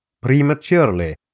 Prematurely